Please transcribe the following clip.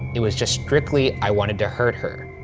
it was just strictly i wanted to hurt her.